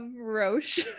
Roche